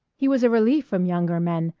he was a relief from younger men,